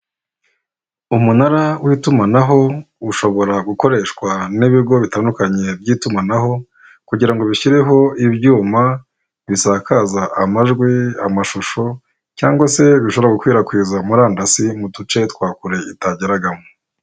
Umunara w'itumanaho ushobora gukoreshwa n'ibigo bitandukanye by'itumanaho kugira ngo bishyireho ibyuma bisakaza amajwi, amashusho cyangwa se ibishobora gukwirakwiza murandasi mu duce twa kure itageragamo.